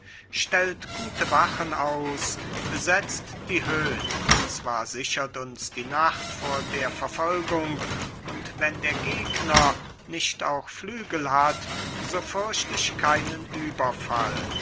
stellt gute wachen aus besetzt die höhn zwar sichert uns die nacht vor der verfolgung und wenn der gegner nicht auch flügel hat so fürcht ich keinen überfall